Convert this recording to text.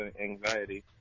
anxiety